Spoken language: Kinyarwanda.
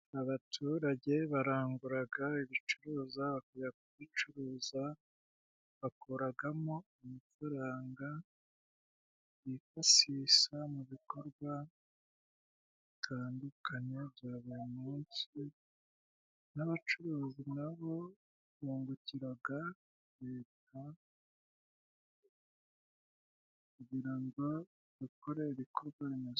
Abaturage baranguraga ibicuruzwa bakajya kubicuruza, bakuragamo amafaranga bifashisha mu bikorwa bitandukanye bya buri munsi, n'abacuruzi na bo bungukiraga leta kugira ngo bakore ibikorwa remezo.